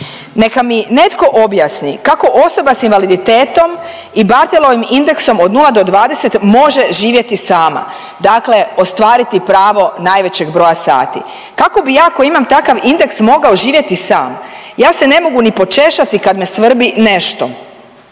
Neka mi netko objasni kako osoba s invaliditetom i Barthelovim indeksom od 0-20 može živjeti sama, dakle ostvariti pravo najvećeg broja sati? Kako bi ja koji imam takav indeks mogao živjeti sam? Ja se ne mogu počešati kad me svrbi nešto.